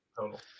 total